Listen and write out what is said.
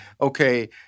okay